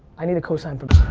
i need a co-sign for